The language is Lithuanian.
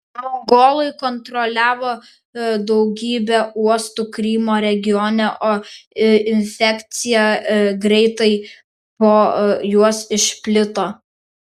mongolai kontroliavo daugybę uostų krymo regione o infekcija greitai po juos išplito